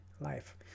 life